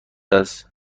است